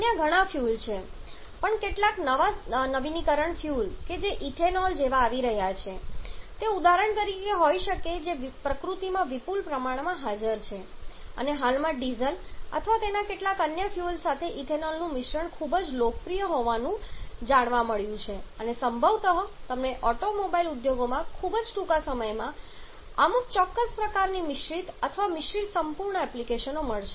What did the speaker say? અન્ય ઘણા ફ્યુઅલ પણ છે કેટલાક નવા નવીનીકરણીય ફ્યુઅલ કે જે ઇથેનોલ જેવા આવી રહ્યા છે તે ઉદાહરણ તરીકે હોઈ શકે છે જે પ્રકૃતિમાં વિપુલ પ્રમાણમાં હાજર છે અને હાલમાં ડીઝલ અથવા તેના કેટલાક અન્ય ફ્યુઅલ સાથે ઇથેનોલનું મિશ્રણ ખૂબ લોકપ્રિય હોવાનું જાણવા મળ્યું છે અને સંભવતઃ તમને ઓટોમોબાઈલ ઉદ્યોગોમાં ખૂબ જ ટૂંક સમયમાં અમુક ચોક્કસ પ્રકારની મિશ્રિત અથવા મિશ્રિત સંપૂર્ણ એપ્લિકેશનો મળશે